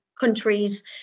countries